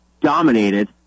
dominated